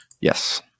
yes